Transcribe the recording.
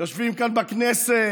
יושבים כאן בכנסת,